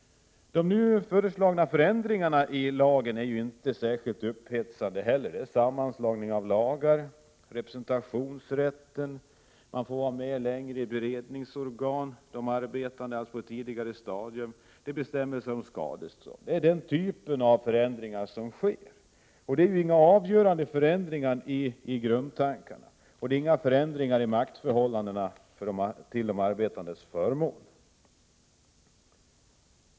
De nu föreslagna förändringarna i lagen är inte särskilt upphetsande. Det gäller sammanslagning av lagar, representationsrätten, att man får vara med längre i beredningsorgan, att de arbetande får komma in på ett tidigare stadium, bestämmelser om skadestånd — det är den typen av förändringar som föreslås. Det är inga avgörande förändringar när det gäller grundtanken. Och det handlar inte om några förändringar i maktförhållandena till de arbetandes förmån.